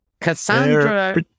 Cassandra